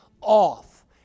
off